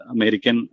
American